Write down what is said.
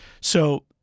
So-